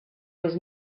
was